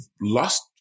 lost